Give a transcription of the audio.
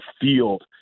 field